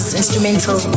instrumental